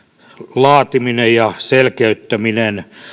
laatiminen ja selkeyttäminen